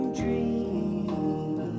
dream